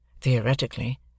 theoretically